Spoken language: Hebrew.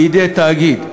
בידי התאגיד.